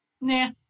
Nah